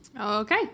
Okay